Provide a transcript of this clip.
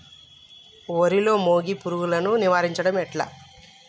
వరిలో మోగి పురుగును నివారించడం ఎట్లా?